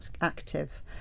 active